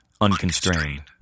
unconstrained